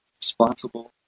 responsible